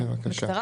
בבקשה.